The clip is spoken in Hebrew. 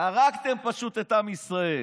פשוט הרגתם את עם ישראל.